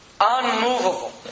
unmovable